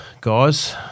guys